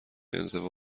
انزوا